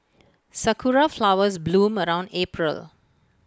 Sakura Flowers bloom around April